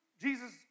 Jesus